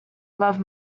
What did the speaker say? love